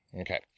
Okay